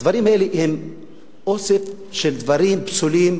הדברים האלה הם אוסף של דברים פסולים,